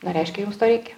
na reiškia jums to reikia